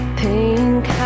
pink